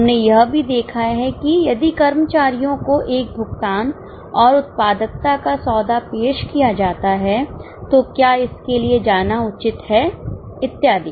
हमने यह भी देखा कि यदि कर्मचारियों को एक भुगतान और उत्पादकता का सौदा पेश किया जाता है तो क्या इसके लिए जाना उचित है इत्यादि